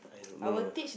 I don't know